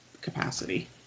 capacity